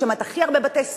יש שם הכי הרבה בתי-סוהר,